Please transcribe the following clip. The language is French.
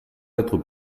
être